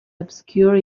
obscured